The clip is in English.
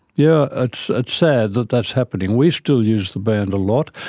yeah it's ah sad that that's happening. we still use the band a lot,